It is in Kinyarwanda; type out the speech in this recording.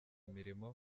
imirimo